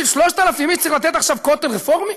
בשביל 3,000 איש צריך לתת עכשיו כותל רפורמי?